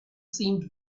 seemed